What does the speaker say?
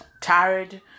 tired